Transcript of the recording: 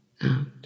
out